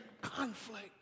conflict